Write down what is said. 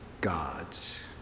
God's